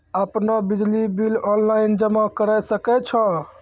आपनौ बिजली bill online जमा करै सकै छौ?